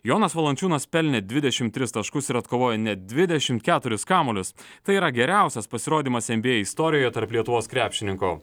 jonas valančiūnas pelnė dvidešimt tris taškus ir atkovojo net dvidešimt keturis kamuolius tai yra geriausias pasirodymas en by ei istorijoje tarp lietuvos krepšininkų